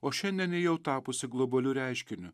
o šiandien ji jau tapusi globaliu reiškiniu